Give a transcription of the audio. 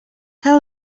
tell